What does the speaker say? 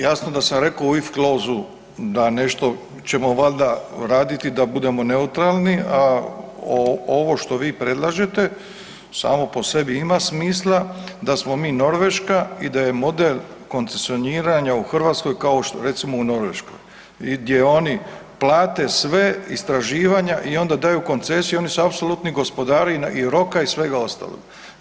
Jasno da sam rekao if close, da nešto ćemo valjda raditi da budemo neutralni, a ovo što vi predlažete, samo po sebi ima smisla, da smo mi Norveška i da je model koncesioniranja u Hrvatskoj kao što je recimo u Norveškoj, gdje oni plate sve, istraživanja i onda daju koncesiju, oni su apsolutni gospodari i roka i svega ostaloga.